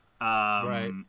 Right